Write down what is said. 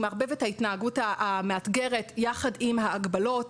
הוא מערבב את ההתנהגות המאתגרת יחד עם ההגבלות.